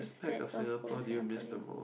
part of Singapore do you miss the most